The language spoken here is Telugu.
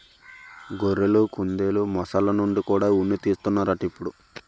గొర్రెలు, కుందెలు, మొసల్ల నుండి కూడా ఉన్ని తీస్తన్నారట ఇప్పుడు